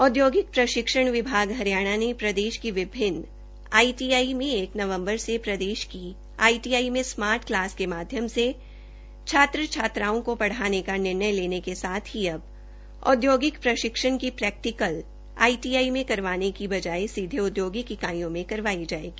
औद्योगिक प्रशिक्षण विभाग हरियाणा ने प्रदेश की विभिन्न आईटीआई में एक नवंबर से प्रदेश की आईटीआई में स्मार्ट क्लास के माध्यम से छात्र छात्राओं को पढ़ाने का निर्णय लेने के साथ ही अब औद्योगिक प्रशिक्षण की प्रैक्टिकल आईटीआई में करवाने की बजाए सीधे औद्योगिक इकाईयों में करवाई जाएगी